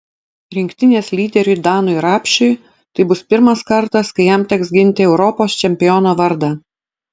rinktinės lyderiui danui rapšiui tai bus pirmas kartas kai jam teks ginti europos čempiono vardą